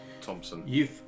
Thompson